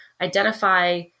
identify